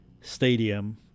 Stadium